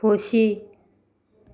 खोशी